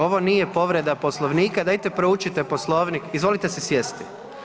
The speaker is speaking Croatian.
Ovo nije povreda Poslovnika, dajte proučite Poslovnik, izvolite si sjesti.